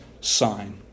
sign